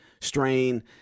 strain